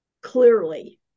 clearly